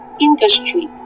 industry